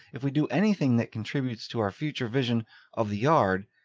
if we do anything that contributes to our future vision of the yard,